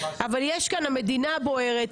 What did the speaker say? המדינה בוערת,